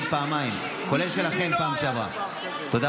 בשבוע שעבר היה